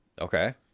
Okay